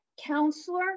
counselor